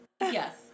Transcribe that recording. yes